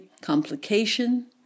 complication